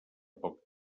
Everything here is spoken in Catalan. poc